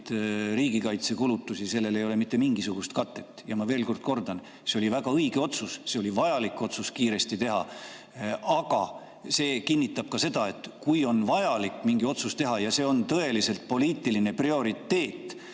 riigikaitsekulutustel ei ole mittemingisugust katet. Ma veel kord kordan: see oli väga õige otsus ja oli vajalik see otsus kiiresti teha. Aga see kinnitab ka seda, et kui on vaja mingi otsus teha ja see on tõeliselt poliitiline prioriteet,